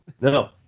no